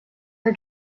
her